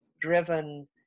driven